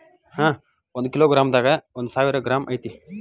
ಒಂದ kilo gram ದಾಗ ಒಂದ ಸಾವಿರ ಗ್ರಾಂ ಐತಿ